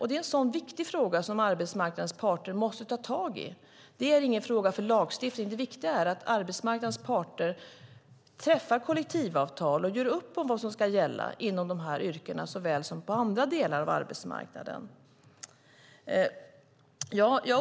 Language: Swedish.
Det är en viktig fråga som arbetsmarknadens parter måste ta tag i. Det är ingen fråga för lagstiftning. Det viktiga är att arbetsmarknadens parter träffar kollektivavtal och gör upp om vad som ska gälla inom de här yrkena såväl som inom andra delar av arbetsmarknaden.